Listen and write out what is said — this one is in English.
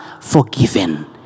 forgiven